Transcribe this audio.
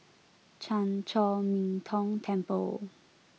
Chan Chor Min Tong Temple